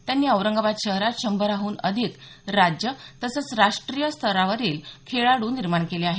त्यांनी औरंगाबाद शहरात शंभराहून आधिक राज्य तसंच राष्ट्रीय स्तरावरील खेळाड्र निर्माण केले आहेत